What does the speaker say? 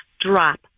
drop